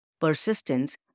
Persistence